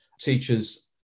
teachers